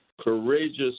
courageous